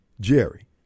Jerry